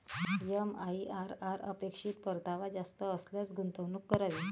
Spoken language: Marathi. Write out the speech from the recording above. एम.आई.आर.आर अपेक्षित परतावा जास्त असल्यास गुंतवणूक करावी